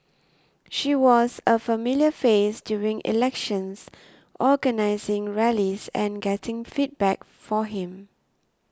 she was a familiar face during elections organising rallies and getting feedback for him